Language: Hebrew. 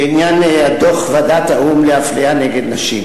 בעניין דוח ועדת האו"ם לאפליה נגד נשים.